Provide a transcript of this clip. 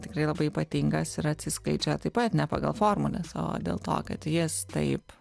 tikrai labai ypatingas ir atsiskleidžia taip pat ne pagal formules o dėl to kad jis taip